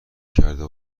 کرده